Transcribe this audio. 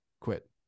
quit